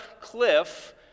cliff